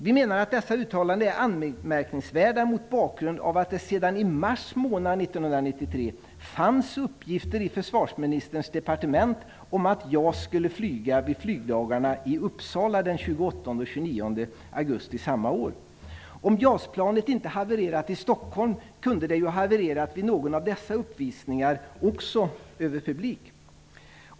Vi menar att dessa uttalanden är anmärkningsvärda mot bakgrund av det sedan i mars månad 1993 fanns uppgifter i försvarsministerns departement om att JAS skulle flyga under flygdagarna i Uppsala den 28 och 29 augusti samma år. Om JAS-planet inte hade havererat i Stockholm kunde det ha havererat vid någon av dessa uppvisningar också över publik.